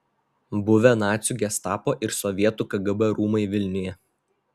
buvę nacių gestapo ir sovietų kgb rūmai vilniuje